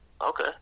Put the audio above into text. Okay